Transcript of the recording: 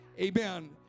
amen